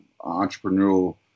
entrepreneurial